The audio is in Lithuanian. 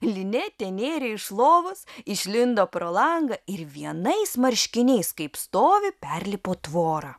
linetė nėrė iš lovos išlindo pro langą ir vienais marškiniais kaip stovi perlipo tvorą